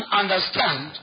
understand